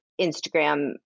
Instagram